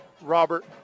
Robert